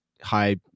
high